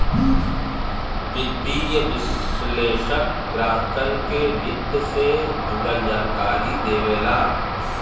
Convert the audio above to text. वित्तीय विश्लेषक ग्राहकन के वित्त से जुड़ल जानकारी देवेला